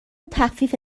تخفیف